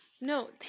No